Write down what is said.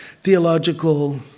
theological